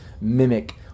mimic